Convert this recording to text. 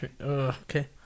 Okay